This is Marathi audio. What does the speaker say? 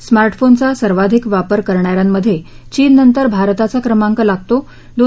स्मार्टफोनचा सर्वाधिक वापर करणा यांमध्ये चीननंतर भारताचा क्रमांक लागतो